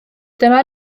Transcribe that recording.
dyma